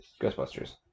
Ghostbusters